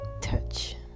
touch